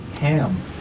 Ham